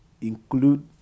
include